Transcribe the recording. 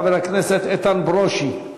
חבר הכנסת איתן ברושי.